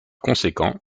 conséquent